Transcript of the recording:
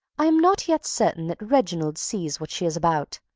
i am not yet certain that reginald sees what she is about,